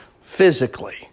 physically